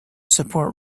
support